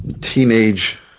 teenage